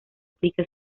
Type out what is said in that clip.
aplica